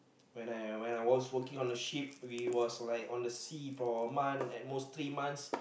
when I when I was working on the ship we was like on the sea for month at most three months